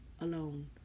alone